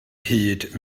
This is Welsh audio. hyd